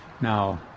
Now